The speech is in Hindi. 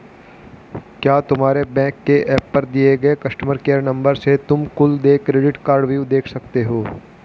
क्या तुम्हारे बैंक के एप पर दिए गए कस्टमर केयर नंबर से तुम कुल देय क्रेडिट कार्डव्यू देख सकते हो?